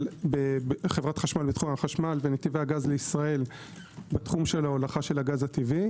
חברת חשמל בתחום החשמל ונציבי הגז לישראל בתחום ההולכה של הגז הטבעי,